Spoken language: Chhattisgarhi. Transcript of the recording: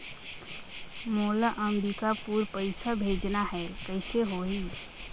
मोला अम्बिकापुर पइसा भेजना है, कइसे होही?